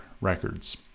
Records